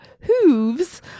hooves